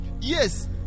Yes